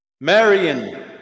Marion